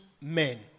men